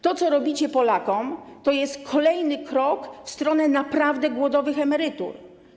To, co robicie Polakom, to jest kolejny krok w stronę naprawdę głodowych emerytur.